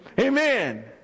Amen